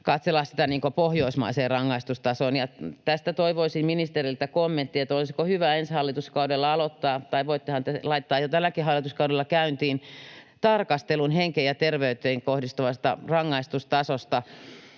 katsella sitä pohjoismaiseen rangaistustasoon nähden. Tästä toivoisin ministeriltä kommenttia, että olisiko hyvä ensi hallituskaudella aloittaa — tai voittehan te laittaa sen jo tälläkin hallituskaudella käyntiin — tarkastelu henkeen ja terveyteen kohdistuvasta rangaistustasosta,